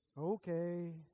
Okay